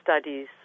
studies